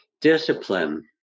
Discipline